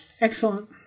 Excellent